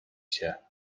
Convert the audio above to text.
się